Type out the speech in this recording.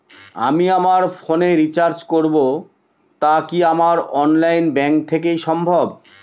আমি আমার ফোন এ রিচার্জ করব টা কি আমার অনলাইন ব্যাংক থেকেই সম্ভব?